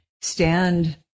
stand